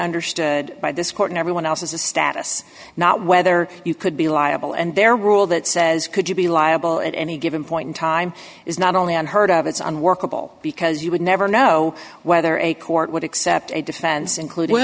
understood by this court and everyone else is a status not whether you could be liable and their rule that says could you be liable at any given point in time is not only unheard of it's unworkable because you would never know whether a court would accept a defense includ